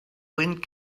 wind